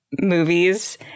movies